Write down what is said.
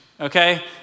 okay